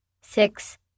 six